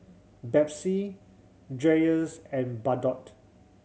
Betsy Dreyers and Bardot